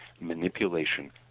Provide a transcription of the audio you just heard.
manipulation